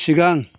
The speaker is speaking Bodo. सिगां